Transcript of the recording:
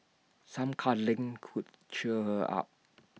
some cuddling could cheer her up